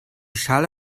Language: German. schale